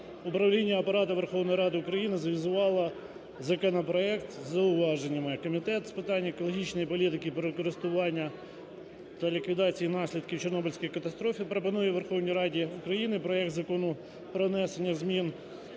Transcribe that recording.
управління Апарату Верховної Ради України завізувало законопроект із зауваженнями. Комітет з питань екологічної політики, природокористування та ліквідації наслідків Чорнобильської катастрофи пропонує Верховній Радій України проект Закону про внесення змін